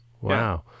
Wow